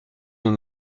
dans